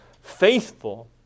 Faithful